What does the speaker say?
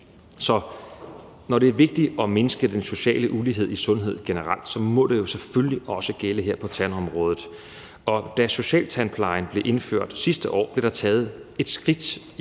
Så når det er vigtigt at mindske den sociale ulighed i sundhed generelt, må det selvfølgelig også gælde her på tandområdet, og da socialtandplejen blev indført sidste år, blev der taget et skridt